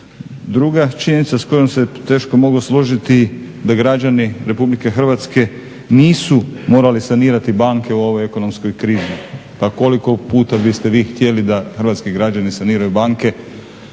Druga činjenica s kojom se teško mogu složiti, da građani RH nisu morali sanirati banke u ovoj ekonomskoj krizi, pa koliko puta biste vi htjeli da hrvatski građani saniraju banke.